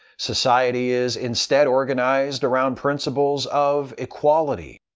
society is instead organized around principles of equality,